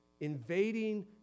invading